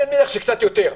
אני מניח שקצת יותר,